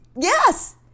yes